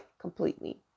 completely